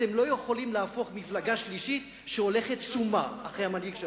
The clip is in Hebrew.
אתם לא יכולים להפוך מפלגה שלישית שהולכת סומא אחרי המנהיג שלה.